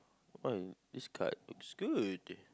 uh this card looks good